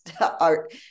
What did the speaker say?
art